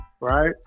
right